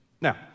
Now